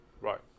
Right